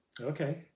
Okay